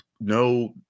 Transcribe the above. No